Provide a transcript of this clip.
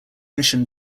mission